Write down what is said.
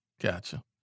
Gotcha